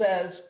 says